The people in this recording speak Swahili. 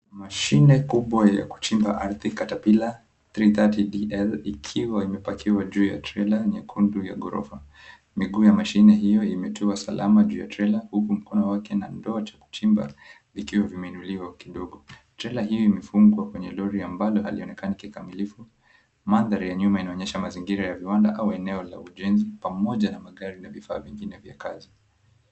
Mashine kubwa ya kuchimba ardhi, Caterpillar 330 DL ikiwa imepakiwa juu ya trela nyekundu ya ghorofa. Miguu ya mashine hiyo imetua salama juu ya trela huku mkono wake na ndoo cha kuchimba vikiwa vimeinuliwa kidogo. Trela hiyo imefungwa kwenye lori ambalo halinonekani kikamilivu, mandhari ya nyuma inaonyesha mazingira ya viwanda au eneo la ujenzi pamoja na magari na vifaa vingine vya kazi.